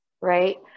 right